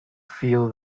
feel